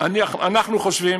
אנחנו חושבים